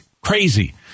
Crazy